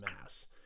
mass